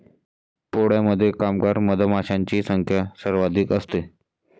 पोळ्यामध्ये कामगार मधमाशांची संख्या सर्वाधिक असते